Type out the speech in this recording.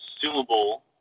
consumable